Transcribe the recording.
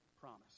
promise